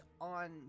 on